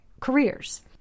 careers